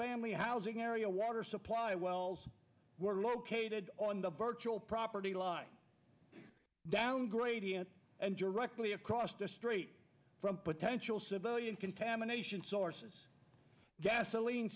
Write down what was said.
family housing area water supply wells were located on the virtual property line down gradient and directly across the street from potential civilian contamination sources gasoline